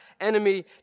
enemy